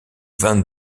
vingt